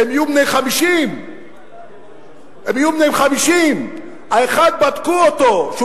הם יהיו בני 50. האחד בדקו אותו שהוא